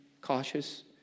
cautious